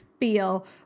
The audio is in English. feel